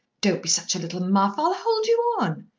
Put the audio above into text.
don't be such a little muff i'll hold you on.